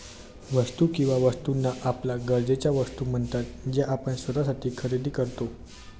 वस्तू किंवा वस्तूंना आपल्या गरजेच्या वस्तू म्हणतात ज्या आपण स्वतःसाठी खरेदी करतो